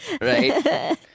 Right